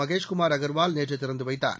மகேஷ் குமார் அகர்வால் நேற்று திறந்து வைத்தார்